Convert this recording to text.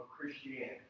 Christianity